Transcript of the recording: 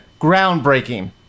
groundbreaking